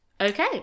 Okay